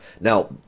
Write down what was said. Now